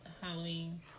Halloween